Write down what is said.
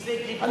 כי זה גיבור,